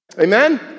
Amen